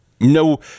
no